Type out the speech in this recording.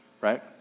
Right